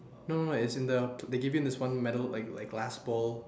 no no no it's in the they give you in this one metal like like glass bowl